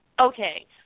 Okay